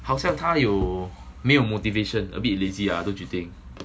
好像他有没有 motivation a bit lazy lah don't you think